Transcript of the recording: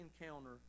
encounter